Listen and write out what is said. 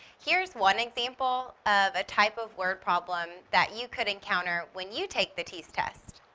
here is one example of a type of word problem that you could encounter when you take the teas test.